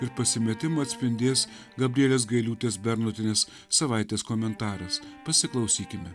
ir pasimetimą atspindės gabrielės gailiūtės bernotienės savaitės komentaras pasiklausykime